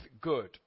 good